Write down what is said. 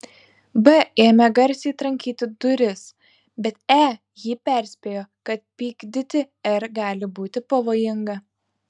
b ėmė garsiai trankyti į duris bet e jį perspėjo kad pykdyti r gali būti pavojinga